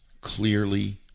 clearly